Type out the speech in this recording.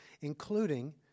including